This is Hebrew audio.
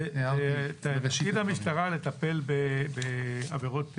תפקיד המשטרה לטפל בעבירות פליליות,